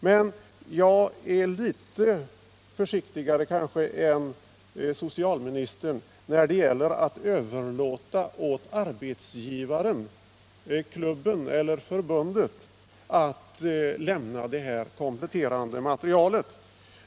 Men jag är litet mer försiktig än socialministern när det gäller att överlåta åt arbetsgivaren — klubben eller förbundet — att lämna det kompletterande materialet.